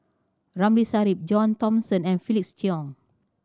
Ramli Sarip John Thomson and Felix Cheong